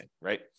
right